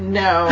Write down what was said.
no